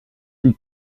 est